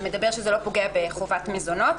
שקובע שזה לא פוגע בחובת מזונות.